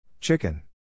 Chicken